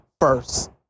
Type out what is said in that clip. first